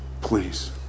please